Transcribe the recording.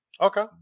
okay